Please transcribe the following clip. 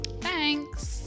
thanks